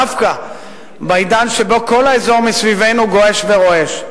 דווקא בעידן שבו כל האזור מסביבנו גועש ורועש,